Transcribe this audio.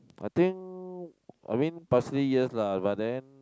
I think I mean personally yes lah but then